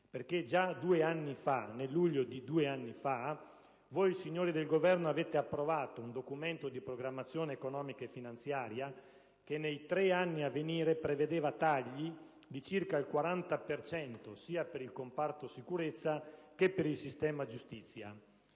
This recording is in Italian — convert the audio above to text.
perché già nel luglio di due anni fa voi, signori del Governo, avete approvato un Documento di programmazione economico-finanziaria che nei tre anni a venire prevedeva tagli di circa il 40 per cento, sia per il comparto sicurezza che per il sistema giustizia.